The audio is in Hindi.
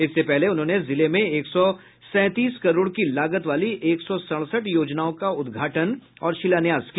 इससे पहले उन्होंने जिले में एक सौ सैंतीस करोड़ की लागत वाली एक सौ सड़सठ योजनाओं का उद्घाटन और शिलान्यास किया